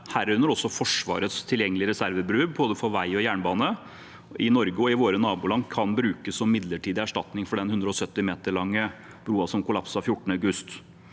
herunder også Forsvarets tilgjengelige reservebruer for både vei og jernbane i Norge og i våre naboland, kan brukes som midlertidig erstatning for den 170 meter lange brua som kollapset 14. august.